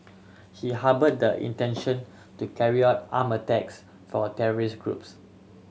he harboured intention to carry out arm attacks for terrorist groups